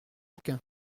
aucun